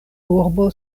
urbo